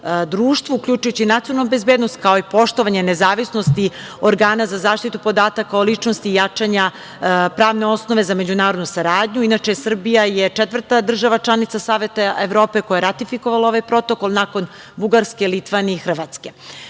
društvu, uključujući nacionalnu bezbednost, kao i poštovanje nezavisnosti organa za zaštitu podataka o ličnosti, jačanja pravne osnove za međunarodnu saradnju. Inače, Srbija je četvrta država članica Saveta Evrope koja je ratifikovala ovaj Protokol, nakon Bugarske, Litvanije i Hrvatske. Pre